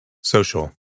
Social